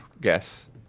guess